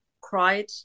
cried